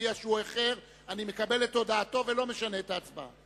האם סיעת קדימה מסירה את הסתייגויותיה?